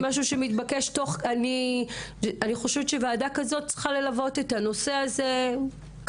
לדעתי ועדה כזו צריכה ללוות את הנושא קדימה.